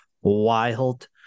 wild